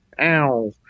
Ow